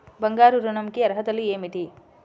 బంగారు ఋణం కి అర్హతలు ఏమిటీ?